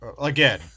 Again